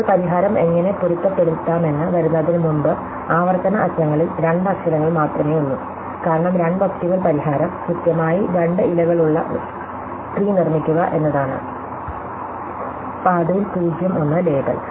ഇപ്പോൾ പരിഹാരം എങ്ങനെ പൊരുത്തപ്പെടുത്താമെന്ന് വരുന്നതിനുമുമ്പ് ആവർത്തന അറ്റങ്ങളിൽ രണ്ട് അക്ഷരങ്ങൾ മാത്രമേ ഉള്ളൂ കാരണം രണ്ട് ഒപ്റ്റിമൽ പരിഹാരം കൃത്യമായി രണ്ട് ഇലകളുള്ള വൃക്ഷം നിർമ്മിക്കുക എന്നതാണ് പാതയിൽ 0 1 ലേബൽ